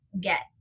get